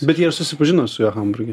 bet jie ir susipažino su juo hamburge